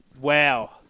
Wow